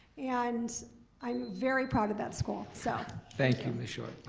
and i'm very proud of that school. so thank you, ms. short.